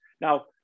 Now